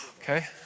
Okay